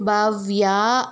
Bhavya